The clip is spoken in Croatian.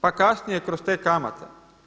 Pa kasnije kroz te kamate.